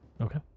Okay